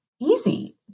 easy